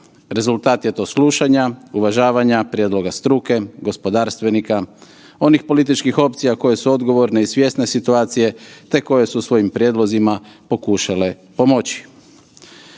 Rezultat je to slušanja, uvažavanja, prijedloga struke, gospodarstvenika onih političkih opcija koje su odgovorne i svjesni situacije te koje su svojim prijedlozima pokušale pomoći.